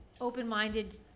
open-minded